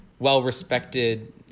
well-respected